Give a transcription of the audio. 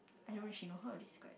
I don't really she know how to describe